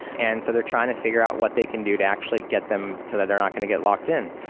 and so they're trying to figure out what they can do to actually get them so that they're not going to get locked in.